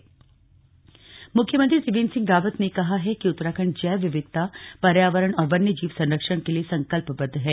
CM on tigers मुख्यमंत्री त्रिवेन्द्र सिंह रावत ने कहा है कि उत्तराखंड जैव विविधता पर्यावरण और वन्य जीव संरक्षण के लिए संकल्पबद्ध है